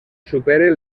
supere